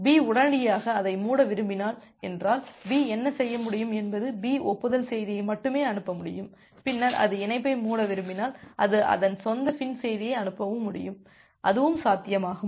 B உடனடியாக அதை மூட விரும்பவில்லை என்றால் B என்ன செய்ய முடியும் என்பது பி ஒப்புதல் செய்தியை மட்டுமே அனுப்ப முடியும் பின்னர் அது இணைப்பை மூட விரும்பினால் அது அதன் சொந்த FIN செய்தியை அனுப்பவும் முடியும் அதுவும் சாத்தியமாகும்